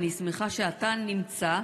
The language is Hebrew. אני שמחה שאתה נמצא,